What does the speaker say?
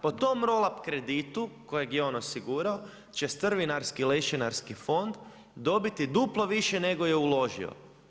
Po tom roll up kreditu kojeg je on osigurao će strvinarski lešinarski fond, dobiti duplo više nego je uložio.